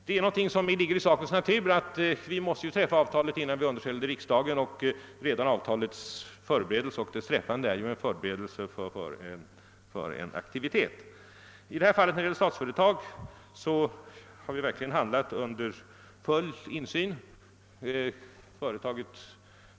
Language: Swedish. Det ligger i sakens natur eftersom vi innan frågan underställes riksdagen måste träffa avtal och därmed förbereda den aktivitet det gäller. I fråga om Statsföretag AB har vi också handlat under full insyn.